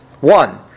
One